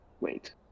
wait